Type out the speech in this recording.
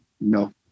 No